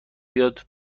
بیاد